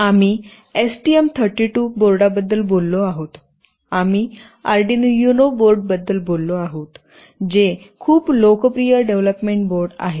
आम्ही एसटीएम 32 बोर्डाबद्दल बोललो आहोत आम्ही अर्डिनो युनो बोर्ड बद्दल बोललो आहे जे खूप लोकप्रिय डेव्हलपमेंट बोर्ड आहेत